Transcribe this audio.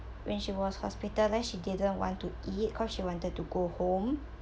when she was hospitalized she didn't want to eat cause she wanted to go home